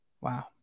Wow